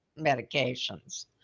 medications